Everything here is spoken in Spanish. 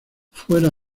fuera